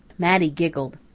mattie giggled.